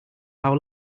how